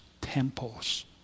temples